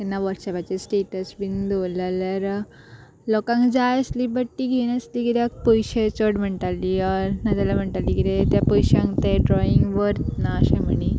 केन्ना वॉट्सॅपाचेर स्टेटस बीन दवरले जाल्यार लोकांक जाय आसलीं बट तीं घेयनासली कित्याक पयशे चड म्हणटालीं ऑर नाजाल्या म्हणटालीं किदें त्या पयशांक तें ड्रॉईंग वर्त ना अशें म्हणी